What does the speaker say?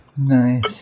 Nice